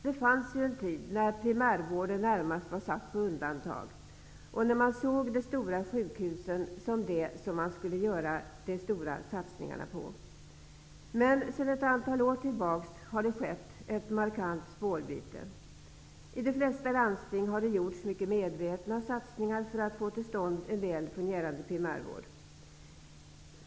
Det fanns ju en tid då primärvården närmast var satt på undantag och när man såg de stora sjukhusen som det som man i första hand skulle göra de stora satsningarna på. Men sedan ett antal år tillbaka har det skett ett markant spårbyte. I de flesta landsting har det gjorts mycket medvetna satsningar för att få till stånd en väl fungerande primärvård.